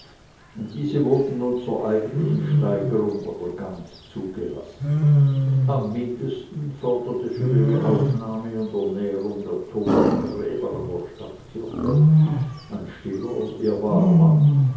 diese wurden nun zur eigentlichen steigerung oder gant zugelassen am mindesten forderte für ihre aufnahme und ernährung der totengräber an der stadtkirche ein stiller ehrbarer mann